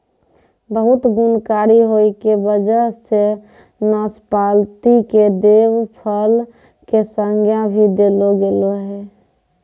बहुत गुणकारी होय के वजह सॅ नाशपाती कॅ देव फल के संज्ञा भी देलो गेलो छै